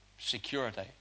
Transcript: Security